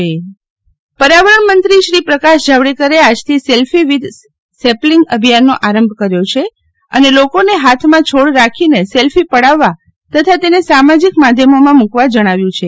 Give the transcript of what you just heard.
Shital Vaishnav selfie with sapling અભિયાન પર્યાવરણમંત્રીશ્રી પ્રકાશ જાવડેકરે આજથી સેલ્ફી વીથ સેપલિંગ અભિયાનનો આરંભ કર્યો છે અને લોકોને હાથમાં છોડ રાખીને સેલ્ફી પડાવવા તથા તેને સામાજિક માધ્યમોમાં મૂકવા જણાવ્યું છે